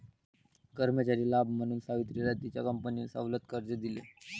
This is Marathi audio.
कर्मचारी लाभ म्हणून सावित्रीला तिच्या कंपनीने सवलत कर्ज दिले